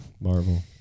Marvel